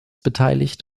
beteiligt